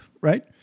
right